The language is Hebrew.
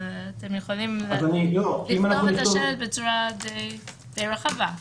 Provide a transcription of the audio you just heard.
אתם יכולים לכתוב את השלט בצורה די רחבה.